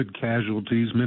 casualties